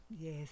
Yes